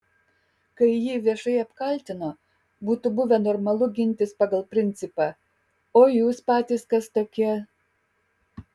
kai jį viešai apkaltino būtų buvę normalu gintis pagal principą o jūs patys kas tokie